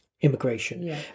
immigration